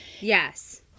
yes